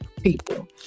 people